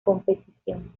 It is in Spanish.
competición